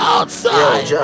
Outside